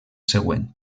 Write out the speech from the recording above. següent